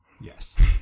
Yes